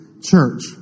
church